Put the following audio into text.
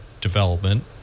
Development